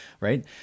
right